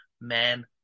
men